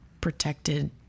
protected